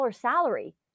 salary